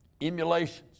emulations